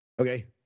Okay